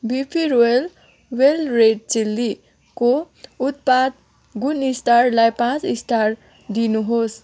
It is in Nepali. बिबी रोयल वेल रेड चिल्लीको उत्पाद गुणस्तरलाई पाँच स्टार दिनुहोस्